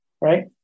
Right